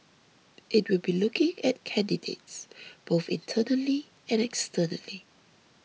it will be looking at candidates both internally and externally